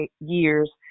years